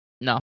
No